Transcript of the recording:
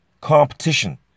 Competition